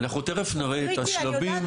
אנחנו תיכף נראה את השלבים.